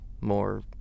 more